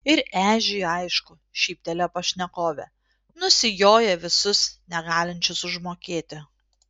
ir ežiui aišku šyptelėjo pašnekovė nusijoja visus negalinčius užmokėti